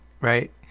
Right